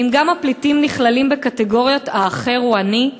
האם גם הפליטים נכללים בקטגוריית 'האחר הוא אני'?